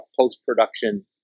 post-production